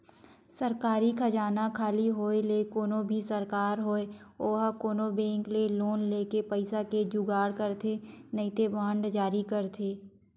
सरकारी खजाना खाली होय ले कोनो भी सरकार होय ओहा कोनो बेंक ले लोन लेके पइसा के जुगाड़ करथे नइते बांड जारी करथे